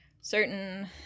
certain